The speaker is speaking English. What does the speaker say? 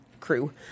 crew